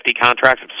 contracts